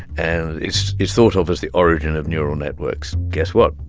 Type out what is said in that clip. and it's it's thought of as the origin of neural networks. guess what.